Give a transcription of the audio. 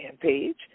page